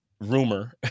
rumor